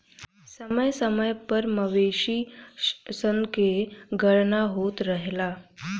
समय समय पर मवेशी सन के गणना होत रहेला